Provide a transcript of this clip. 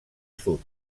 sud